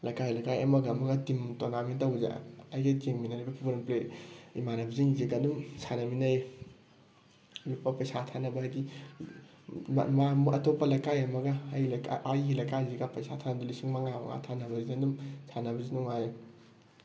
ꯂꯩꯀꯥꯏ ꯂꯩꯀꯥꯏ ꯑꯃꯒ ꯑꯃꯒ ꯇꯤꯝ ꯇꯣꯔꯅꯥꯃꯦꯟ ꯇꯧꯕꯁꯦ ꯑꯩꯒ ꯌꯦꯡꯃꯤꯟꯅꯔꯤꯕ ꯐꯨꯠꯕꯣꯜ ꯄ꯭ꯂꯦ ꯏꯃꯥꯟꯅꯕꯁꯤꯡꯁꯤꯒ ꯑꯗꯨꯝ ꯁꯥꯟꯅꯃꯤꯟꯅꯩ ꯂꯨꯄꯥ ꯄꯩꯁꯥ ꯊꯥꯅꯕ ꯍꯥꯏꯗꯤ ꯑꯇꯣꯞꯄ ꯂꯩꯀꯥꯏ ꯑꯃꯒ ꯑꯩꯒꯤ ꯂꯩꯀꯥꯏ ꯑꯩꯒꯤ ꯂꯩꯀꯥꯏꯁꯤꯒ ꯄꯩꯁꯥ ꯊꯥꯅꯕꯗ ꯂꯤꯁꯤꯡ ꯃꯉꯥ ꯃꯉꯥ ꯊꯥꯅꯕꯁꯤ ꯑꯗꯨꯝ ꯁꯥꯟꯅꯕꯁꯨ ꯅꯨꯡꯉꯥꯏ